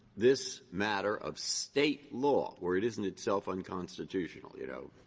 this matter of state law where it isn't itself unconstitutional, you know,